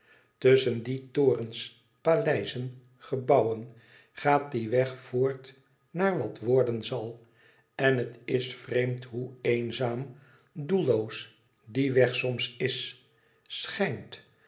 tusschen die torens paleizen gebouwen gaat die weg voort naar wat worden zal en het is vreemd hoe eenzaam doelloos die weg soms is schijnt